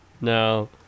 no